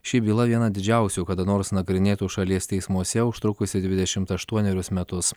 ši byla viena didžiausių kada nors nagrinėtų šalies teismuose užtrukusi dvidešimt aštuonerius metus